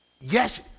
Yes